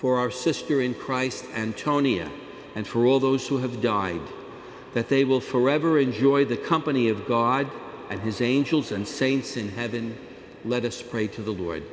for our sister in christ and tonia and for all those who have died that they will forever enjoy the company of god and his angels and saints in heaven let us pray to the lord